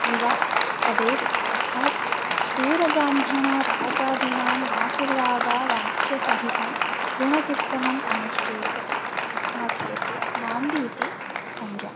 भिर्वापदैरुत अर्थात् सुरब्राह्मणराजादीनाम् आशीर्वादवाक्यसहिता गुणकीर्तनम् अनुष्ठीयते तस्मात् हेतोः नान्दी इति संज्ञा